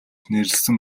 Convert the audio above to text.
нэрлэсэн